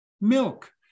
Milk